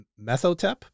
Methotep